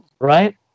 Right